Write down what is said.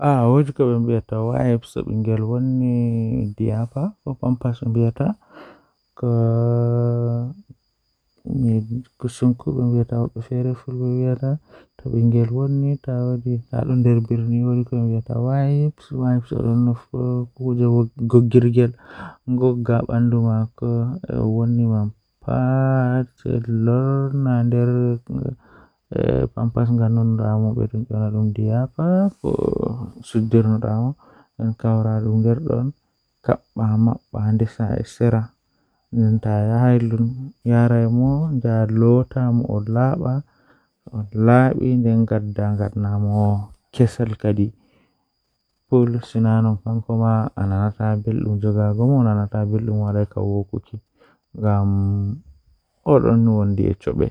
To aheɓi softwaya mai aranndewol kam Naatude software ngal ngam waɗde ko aɗa waawi. Foti ngolli ko hoore, hokkude 'Install' kadi. Wakkil ngal, foti wi'ude software ngal.